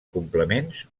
complements